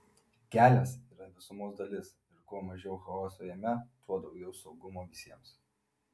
kelias yra visumos dalis ir kuo mažiau chaoso jame tuo daugiau saugumo visiems